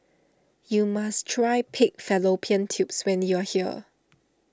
you must try Pig Fallopian Tubes when you are here